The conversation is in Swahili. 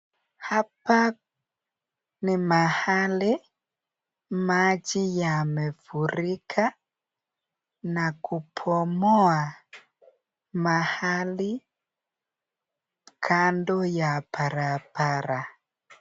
Hapa ni mahali maji yamefurika na kubomoa mahali kando ya barabara.